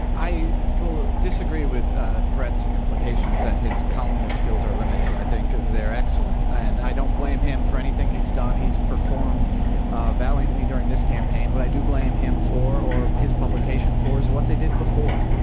i will disagree with bret's implications that his columnist skills are limited. i think they're excellent, and i don't blame him for anything he's done. he's performed ah valiantly during this campaign. what i do blame him for or his publication for is what they did before.